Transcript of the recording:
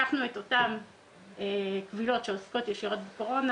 לקחנו את אותן קבילות שעוסקות ישירות בקורונה